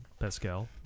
Pascal